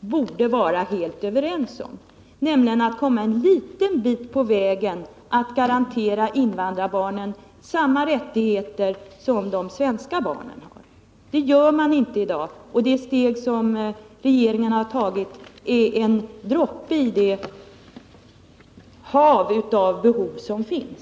borde vara helt överens om, nämligen om att komma en liten bit på vägen att garantera invandrarbarnen samma rättigheter som de svenska barnen har. Det garanterar man inte i dag, och det steg som regeringen har tagit är bara en droppe i det hav av behov som finns.